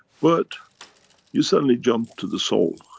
but you suddenly jumped to the soul.